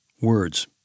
Words